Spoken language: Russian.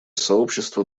сообщество